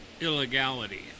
Illegality